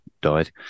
died